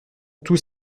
tout